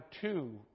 two